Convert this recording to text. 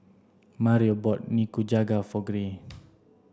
Mario bought Nikujaga for Gray